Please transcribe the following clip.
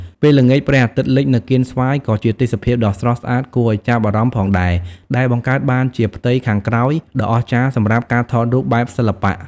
ពេលល្ងាចព្រះអាទិត្យលិចនៅកៀនស្វាយក៏ជាទេសភាពដ៏ស្រស់ស្អាតគួរឲ្យចាប់អារម្មណ៍ផងដែរ ដែលបង្កើតបានជាផ្ទៃខាងក្រោយដ៏អស្ចារ្យសម្រាប់ការថតរូបបែបសិល្បៈ។